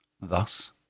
Thus